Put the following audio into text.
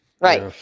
Right